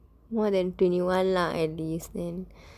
more than twenty one lah at least